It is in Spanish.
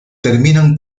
terminan